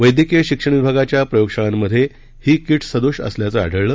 वैद्यकीय शिक्षण विभागाच्या प्रयोग शाळांमधे ही कीट्स सदोष असल्याचं आढळलं